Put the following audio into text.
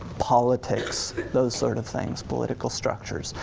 politics, those sort of things, political structures,